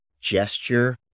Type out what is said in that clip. gesture